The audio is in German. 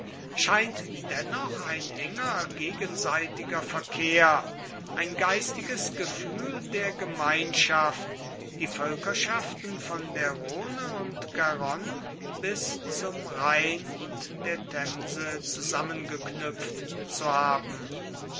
scheint dennoch ein enger gegenseitiger verkehr ein geistiges gefühl der gemeinschaft die völkerschaften von der rhone und garonne bis zum rhein und der themse zusammengeknüpft zu haben